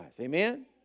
Amen